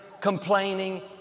complaining